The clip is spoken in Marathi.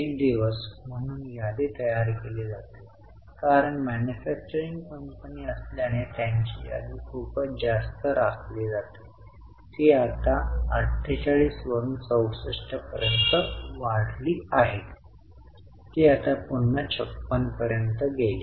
एक दिवस म्हणून यादी तयार केली जाते कारण मॅन्युफॅक्चरिंग कंपनी असल्याने त्यांची यादी खूपच जास्त राखली जाते ती आता 48 वरून 64 पर्यंत वाढली आहे आणि ती पुन्हा खाली 56 पर्यंत गेली